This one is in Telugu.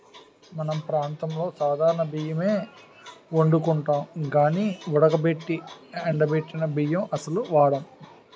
మన ప్రాంతంలో సాధారణ బియ్యమే ఒండుకుంటాం గానీ ఉడకబెట్టి ఎండబెట్టిన బియ్యం అస్సలు వాడం